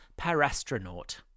parastronaut